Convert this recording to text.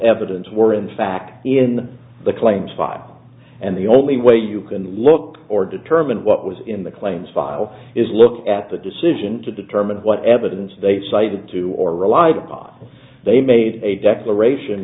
evidence were in fact in the claims file and the only way you can look or determine what was in the claims file is look at the decision to determine what evidence they cited to or relied upon they made a declaration